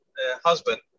husband